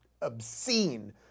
obscene